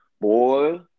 boy